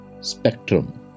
Spectrum